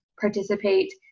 participate